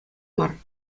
мар